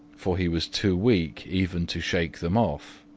for he was too weak even to shake them off.